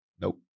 Nope